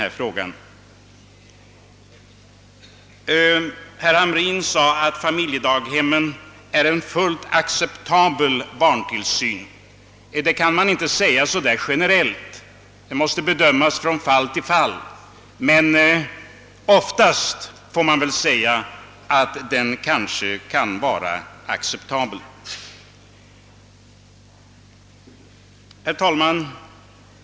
Herr Hamrin i Kalmar sade att familjedaghemmen är en fullt acceptabel form av barniillsyn. Detta kan man inte säga generellt, det måste bedömas från fall till fall. Men ofta är den kanske acceptabel. Herr talman!